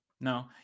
No